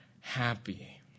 happy